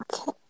Okay